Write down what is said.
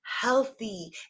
healthy